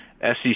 SEC